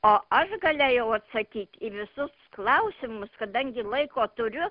o aš galėjau atsakyt į visus klausimus kadangi laiko turiu